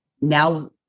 now